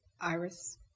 Iris